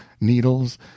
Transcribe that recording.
needles